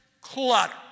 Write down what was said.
clutter